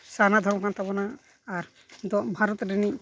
ᱥᱟᱨᱱᱟ ᱫᱷᱚᱨᱚᱢ ᱠᱟᱱ ᱛᱟᱵᱚᱱᱟ ᱟᱨ ᱱᱤᱛᱳᱜ ᱵᱷᱟᱨᱚᱛ ᱨᱤᱱᱤᱡ